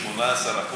18%,